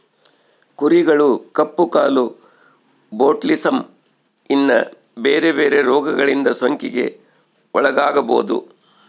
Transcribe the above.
ಕುರಿಗಳು ಕಪ್ಪು ಕಾಲು, ಬೊಟುಲಿಸಮ್, ಇನ್ನ ಬೆರೆ ಬೆರೆ ರೋಗಗಳಿಂದ ಸೋಂಕಿಗೆ ಒಳಗಾಗಬೊದು